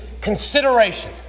consideration